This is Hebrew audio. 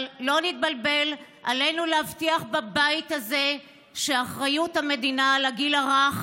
אבל לא נתבלבל: עלינו להבטיח בבית הזה שאחריות המדינה לגיל הרך